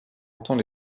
autant